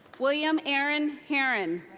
william aaron herron.